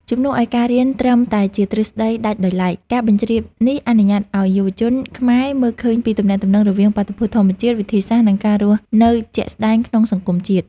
ជំនួសឱ្យការរៀនត្រឹមតែជាទ្រឹស្ដីដាច់ដោយឡែក ការបញ្ជ្រាបនេះអនុញ្ញាតឱ្យយុវជនខ្មែរមើលឃើញពីទំនាក់ទំនងរវាងបាតុភូតធម្មជាតិ វិទ្យាសាស្ត្រ និងការរស់នៅជាក់ស្ដែងក្នុងសង្គមជាតិ។